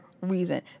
reason